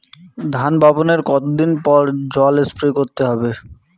ধান বপনের কতদিন পরে জল স্প্রে করতে হবে?